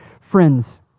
Friends